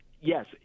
yes